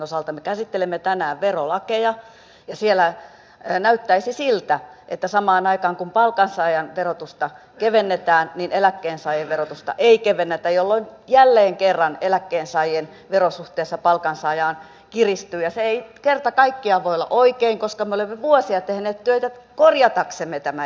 me käsittelemme tänään verolakeja ja siellä näyttäisi siltä että samaan aikaan kun palkansaajan verotusta kevennetään eläkkeensaajien verotusta ei kevennetä jolloin jälleen kerran eläkkeensaajien vero suhteessa palkansaajaan kiristyy ja se ei kerta kaikkiaan voi olla oikein koska me olemme vuosia tehneet töitä korjataksemme tämän epäkohdan